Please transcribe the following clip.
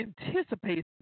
anticipate